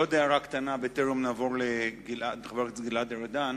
ועוד הערה קטנה בטרם נעבור לחבר הכנסת גלעד ארדן: